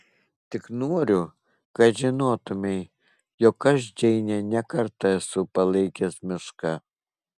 tik noriu kad žinotumei jog aš džeinę ne kartą esu palaikęs meška